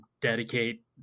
dedicate